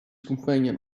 companion